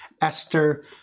Esther